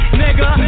nigga